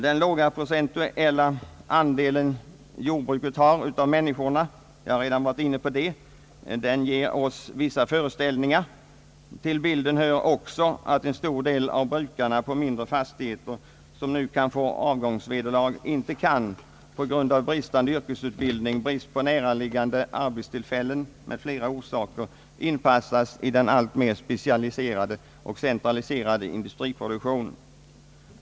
Den låga procentuella andel jordbruket har av befolkningen — jag har redan varit inne på det — ger oss vissa föreställningar. Till bilden hör också att en stor del av brukarna på mindre brukningsenheter, som nu kan få avgångsvederlag, på grund av bristande yrkesutbildning, brist på näraliggande arbetstillfällen m.m. inte kan inpassas i den alltmer specialiserade och centraliserade industriproduktionen.